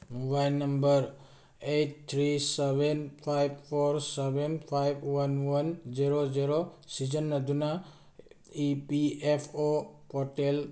mobile number eight three seven five four seven five one one zero zero ꯁꯤꯖꯤꯟꯅꯗꯨꯅ E P F O portal